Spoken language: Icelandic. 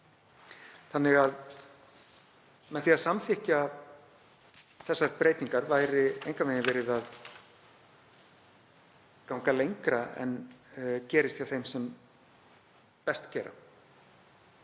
þar. Með því að samþykkja þessar breytingar væri því engan veginn verið að ganga lengra en gerist hjá þeim sem best gera.